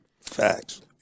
Facts